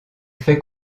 fait